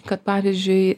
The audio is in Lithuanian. kad pavyzdžiui